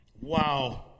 Wow